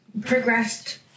progressed